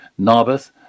Narbeth